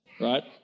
right